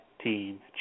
Team